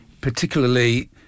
particularly